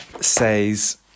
says